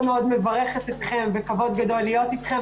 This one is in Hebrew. מאוד מברכת אתכם וכבוד גדול להיות אתכם.